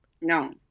No